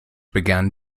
began